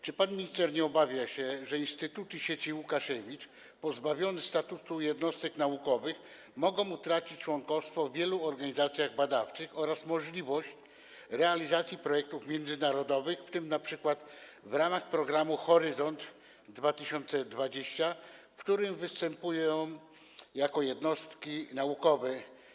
Czy pan minister nie obawia się, że instytuty sieci Łukasiewicz, pozbawione statusu jednostek naukowych, mogą utracić członkostwo w wielu organizacjach badawczych oraz możliwość realizacji projektów międzynarodowych, w tym np. w ramach programu „Horyzont 2020”, w którym występują jako jednostki naukowe?